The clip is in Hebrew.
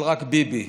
של "רק ביבי".